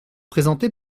présenté